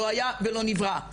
לא היה ולא נברא.